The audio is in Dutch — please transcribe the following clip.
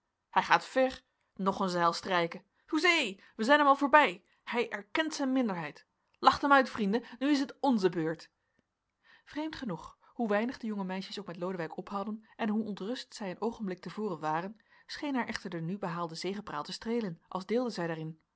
hij gaat ver nog een zeil strijken hoezee wij zijn hem al voorbij hij erkent zijn minderheid lacht hem uit vrienden nu is het onze beurt vreemd genoeg hoe weinig de jonge meisjes ook met lodewijk ophadden en hoe ontrust zij een oogenblik te voren waren scheen haar echter de nu behaalde zegepraal te streelen als deelden zij daarin